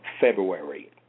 February